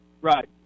Right